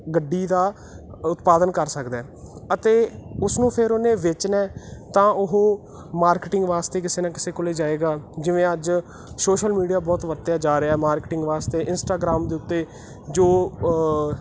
ਗੱਡੀ ਦਾ ਉਤਪਾਦਨ ਕਰ ਸਕਦਾ ਅਤੇ ਉਸਨੂੰ ਫਿਰ ਉਹਨੇ ਵੇਚਣਾ ਤਾਂ ਉਹ ਮਾਰਕੀਟਿੰਗ ਵਾਸਤੇ ਕਿਸੇ ਨਾ ਕਿਸੇ ਕੋਲ ਜਾਵੇਗਾ ਜਿਵੇਂ ਅੱਜ ਸੋਸ਼ਲ ਮੀਡੀਆ ਬਹੁਤ ਵਰਤਿਆ ਜਾ ਰਿਹਾ ਮਾਰਕੀਟਿੰਗ ਵਾਸਤੇ ਇਸਟਾਗਰਾਮ ਦੇ ਉੱਤੇ ਜੋ